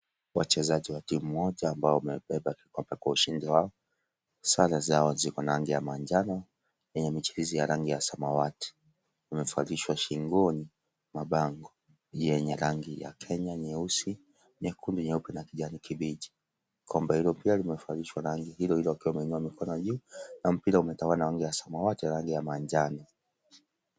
Wachezaji wa timu mola ambao wamebeba kikombe kwa ushindi wao. Sare zao ziko rangi ya manjano yenye michirisi ya rangi ya samawati. Wamevalishwa shingoni mabango yenye rangi ya Kenya nyeusi, nyekundu, nyeupe na kijani kibichi. Kombe hilo pia linevalishwa rangi hilo hilo wakiwa wameinua mikono juu, na mpira imechorwa na wa rangi ya samawati na rangi ya manjano.